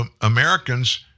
Americans